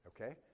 okay